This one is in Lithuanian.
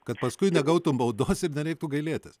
kad paskui negautum baudos ir nereiktų gailėtis